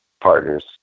partners